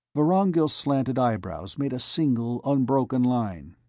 vorongil's slanted eyebrows made a single unbroken line.